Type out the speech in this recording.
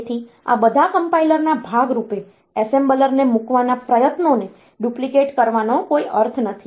તેથી આ બધા કમ્પાઇલરના ભાગ રૂપે એસેમ્બલરને મૂકવાના પ્રયત્નોને ડુપ્લિકેટ કરવાનો કોઈ અર્થ નથી